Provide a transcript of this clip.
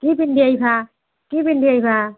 কি পিন্ধি আহিবা কি পিন্ধি আহিবা